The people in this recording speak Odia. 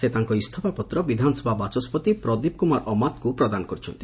ସେ ତାଙ୍କ ଇସ୍ତଫା ପତ୍ର ବିଧାନସଭା ବାଚସ୍ତି ପ୍ରଦୀପ କୁମାର ଅମାତଙ୍କୁ ପ୍ରଦାନ କରିଛନ୍ତି